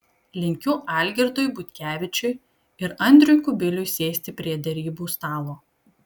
linkiu algirdui butkevičiui ir andriui kubiliui sėsti prie derybų stalo